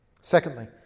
Secondly